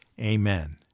Amen